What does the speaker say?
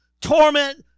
torment